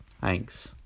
Thanks